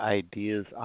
ideas